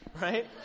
right